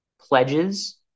pledges